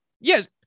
Yes